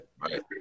right